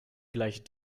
gleich